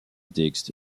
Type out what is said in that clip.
texte